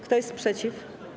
Kto jest przeciw?